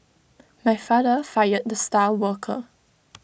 my father fired the star worker